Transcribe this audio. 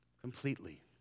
completely